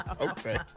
Okay